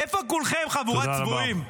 איפה כולכם, חברות צבועים?